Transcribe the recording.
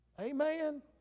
Amen